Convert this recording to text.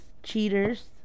Cheaters